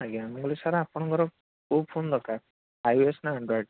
ଆଜ୍ଞା ମୁଁ କହିଲି ସାର୍ ଆପଣଙ୍କର କେଉଁ ଫୋନ୍ ଦରକାର ଆଇ ଓ ଏସ୍ ନା ଆଣ୍ଡ୍ରଏଡ଼୍